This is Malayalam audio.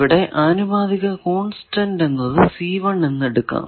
ഇവിടെ ആനുപാതിക കോൺസ്റ്റന്റ് എന്നത് എന്ന് എടുക്കാം